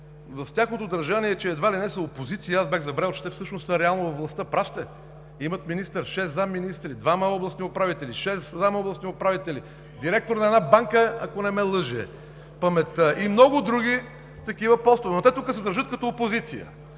тяхното държане е, че едва ли не са опозиция и аз бях забравил, че те всъщност са реално във властта. Прав сте! Имат министър, шест заместник-министри, двама областни управители, шест заместник-областни управители, директор на една банка, ако не ме лъже паметта, и много други такива постове. Тук обаче те се държат като опозиция.